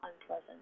unpleasant